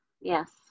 Yes